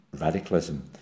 radicalism